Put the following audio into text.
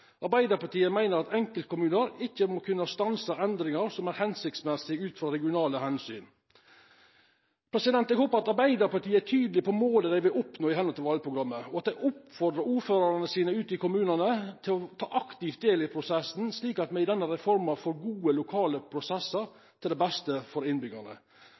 at enkeltkommuner ikke må kunne stanse endringer som er hensiktsmessige ut fra regionale hensyn.» Eg håpar at Arbeidarpartiet er tydeleg på målet dei vil oppnå, i tråd med valprogrammet, og at dei oppfordrar ordførarane sine ute i kommunane til å ta aktivt del i prosessen, slik at me i denne reforma får gode lokale prosessar til beste for